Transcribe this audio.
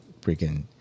Freaking